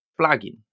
plugin